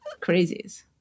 crazies